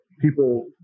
people